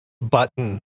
button